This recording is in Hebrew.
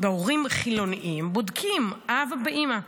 בהורים חילונים בודקים אבא ואימא.